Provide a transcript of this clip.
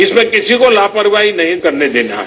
इसमें किसी को लापरवाही नहीं करने देंगे